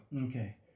Okay